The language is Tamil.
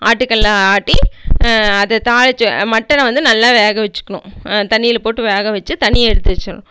ஆட்டுக் கல்லை ஆட்டி அதை தாளிச்சு மட்டனை வந்து நல்லா வேக வச்சிக்குணும் தண்ணில போட்டு வேக வச்சி தண்ணியை எடுத்து வச்சிர்ணும்